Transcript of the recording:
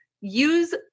Use